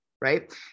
right